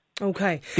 Okay